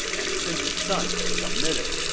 and since his son has submitted,